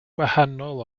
gwahanol